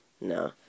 No